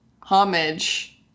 homage